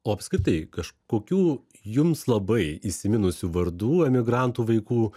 o apskritai kažkokių jums labai įsiminusių vardų emigrantų vaikų